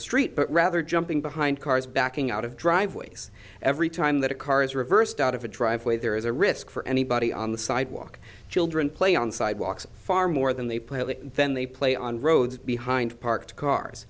street but rather jumping behind cars backing out of driveways every time that a car is reversed out of a driveway there is a risk for anybody on the sidewalk children play on sidewalks far more than they plan to then they play on roads behind parked cars